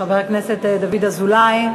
חבר הכנסת דוד אזולאי,